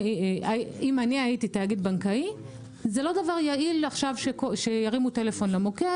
אם אני הייתי תאגיד בנקאי זה לא דבר יעיל עכשיו שירימו טלפון למוקד